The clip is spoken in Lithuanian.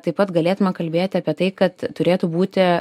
taip pat galėtume kalbėti apie tai kad turėtų būti